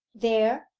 there,